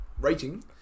rating